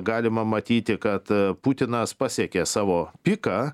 galima matyti kad putinas pasiekė savo piką